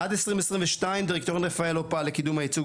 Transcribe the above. עד 2022 דירקטוריון רפאל לא פעל לקידום הייצוג